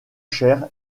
cher